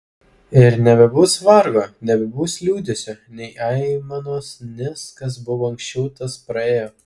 ir nebebus vargo nebebus liūdesio nei aimanos nes kas buvo anksčiau tas praėjo